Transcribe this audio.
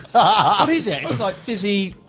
ah what is it? it's like fizzy,